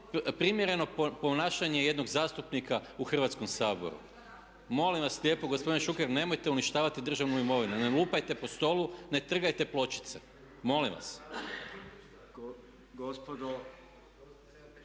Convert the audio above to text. primjereno ponašanje jednog zastupnika u Hrvatskom saboru? Molim vas lijepo gospodine Šuker nemojte uništavati državnu imovinu. Ne lupajte po stolu, ne trgajte pločice, molim vas.